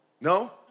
No